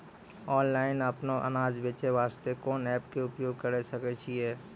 Online अपनो अनाज बेचे वास्ते कोंन एप्प के उपयोग करें सकय छियै?